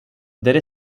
there